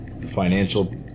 financial